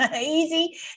easy